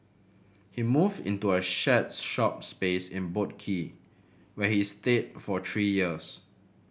he moved into a shared shop space in Boat Quay where he stayed for three years